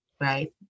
right